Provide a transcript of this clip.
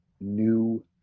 new